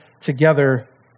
together